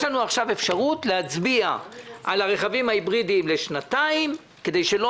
יש לנו עכשיו אפשרות להצביע על הרכבים ההיברידיים לשנתיים כדי שלא